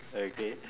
okay